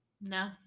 no